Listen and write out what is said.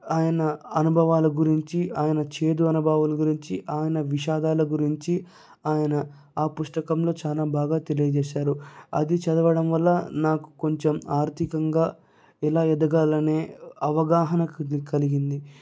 ఆయన అనుభవాల గురించి ఆయన చేదు అనుభవాల గురించి ఆయన విషాదాల గురించి ఆయన ఆ పుస్తకంలో చాలా బాగా తెలియచేసారు అది చదవడం వల్ల నాకు కొంచెం ఆర్థికంగా ఎలా ఎదగాలనే అవగాహన కొద్దిగా కలిగింది